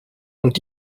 und